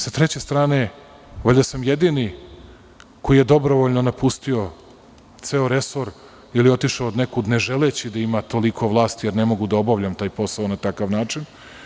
S treće strane, valjda sam jedini koji je dobrovoljno napustio ceo resor ili otišao od nekud ne želeći da ima toliko vlasti, jer ne mogu da obavljam taj posao na takav način.